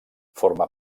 forma